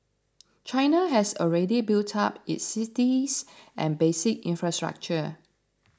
China has already built up its cities and basic infrastructure